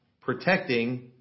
protecting